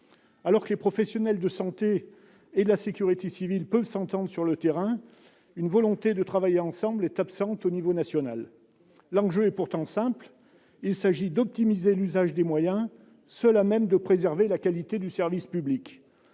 Alors que les professionnels de la santé et de la sécurité civile peuvent s'entendre sur le terrain, une volonté de travailler ensemble est absente au niveau national. L'enjeu est pourtant simple : il s'agit de l'optimisation de l'usage des moyens, seule à même de préserver la qualité du service public.